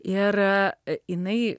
ir jinai